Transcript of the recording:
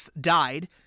died